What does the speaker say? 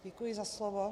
Děkuji za slovo.